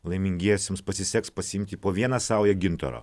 laimingiesiems pasiseks pasiimti po vieną saują gintaro